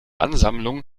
ansammlung